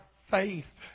faith